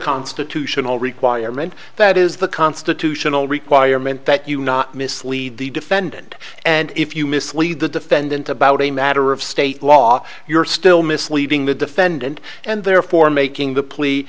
constitutional requirement that is the constitutional requirement that you not mislead the defendant and if you mislead the defendant about a matter of state law you're still misleading the defendant and therefore making the plea